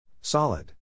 Solid